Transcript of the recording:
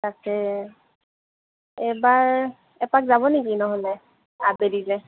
তাকে এবাৰ এপাক যাব নেকি নহ'লে আবেলিলৈ